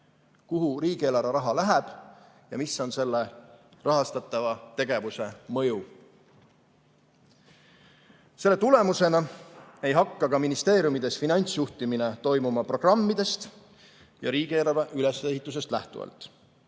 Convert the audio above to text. kuhu riigieelarve raha läheb ja mis on selle rahastatava tegevuse mõju. Selle tulemusena ei hakka ka ministeeriumides finantsjuhtimine toimuma programmidest ja riigieelarve ülesehitusest lähtuvalt.